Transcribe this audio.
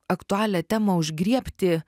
aktualią temą užgriebti